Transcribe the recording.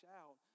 out